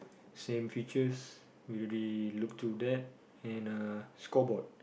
same features we already looked through that and uh scoreboard